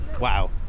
Wow